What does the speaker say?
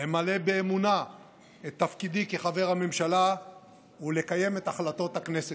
למלא באמונה את תפקידי כחבר הממשלה ולקיים את החלטות הכנסת.